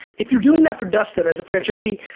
if you're doing that for dustin as a franchisee,